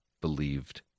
believed